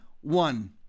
one